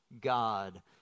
God